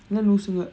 ஆமா:aamaa